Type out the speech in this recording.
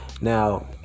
Now